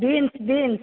bins bins